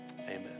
Amen